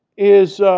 is